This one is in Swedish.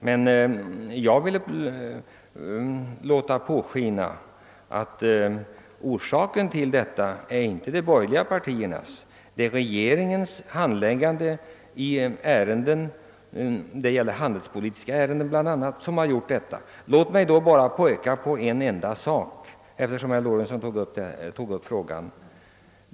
Jag gjorde gällande, att det inte är de borgerliga partierna som bär skulden till den nuvarande situationen, utan att det är regeringens handläggning bl.a. av handelspolitiska ärenden som förorsakat den. Låt mig bara peka på en enda omständighet, eftersom herr Lorentzon tog upp denna fråga.